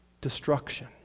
destruction